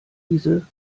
diese